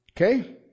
Okay